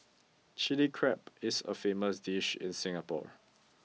chilli crab is a famous dish in Singapore